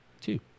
Two